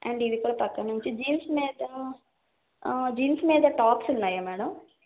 and ఇది కూడా పక్కనుంచి జీన్స్ మీద జీన్స్ మీద టాప్స్ ఉన్నాయా మేడం